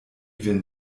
vin